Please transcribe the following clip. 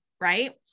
Right